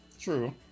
True